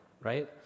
right